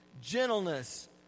gentleness